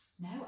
No